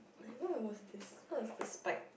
like what was this what was the spike